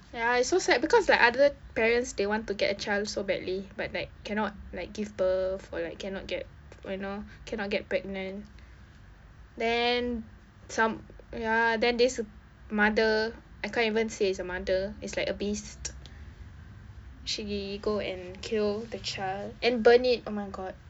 ya it's so sad because like other parents they want to get a child so badly but like cannot like give birth or like cannot get you know cannot get pregnant then some ya then this mother I can't even say is a mother is like a beast she go and kill the child and burn it oh my god